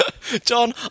John